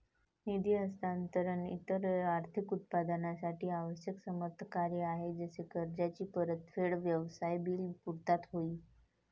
निधी हस्तांतरण इतर आर्थिक उत्पादनांसाठी आवश्यक समर्थन कार्य आहे जसे कर्जाची परतफेड, व्यवसाय बिल पुर्तता होय ई